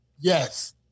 Yes